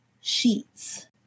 sheets